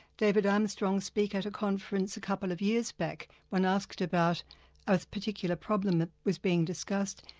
david armstrong speak at a conference a couple of years back. when asked about a particular problem that was being discussed,